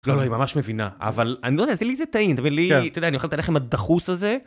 לא, לא, היא ממש מבינה, אבל אני לא יודעת, זה לי זה טעים, אבל לי, אתה יודע, אני אוכל את הלחם הדחוס הזה.